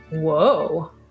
Whoa